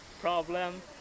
problem